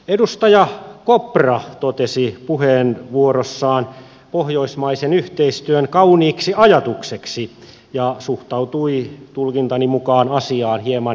edustaja kopra totesi puheenvuorossaan pohjoismaisen yhteistyön kauniiksi ajatukseksi ja suhtautui tulkintani mukaan asiaan hieman skeptisesti